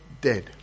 dead